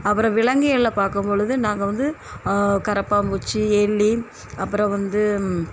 அப்பறம் விளங்கியல்ல பார்க்கும் பொழுது நாங்கள் வந்து கரப்பான் பூச்சி எலி அப்பறம் வந்து